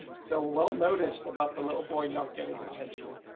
so well noticed about the little boy not getting attention.